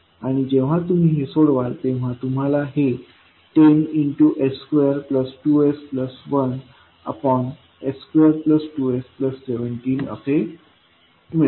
आणि जेव्हा तुम्ही हे सोडवाल तेव्हा तुम्हाला हे 10 s22s1s22s17 असे मिळेल